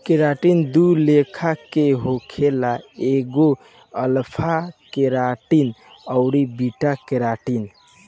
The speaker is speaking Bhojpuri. केराटिन दू लेखा के होखेला एगो अल्फ़ा केराटिन अउरी बीटा केराटिन